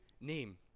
name